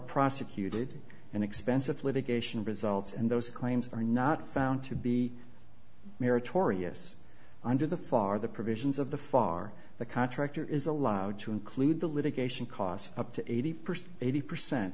prosecuted and expensive litigation results and those claims are not found to be meritorious under the far the provisions of the far the contractor is allowed to include the litigation costs up to eighty percent eighty percent